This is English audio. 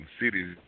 cities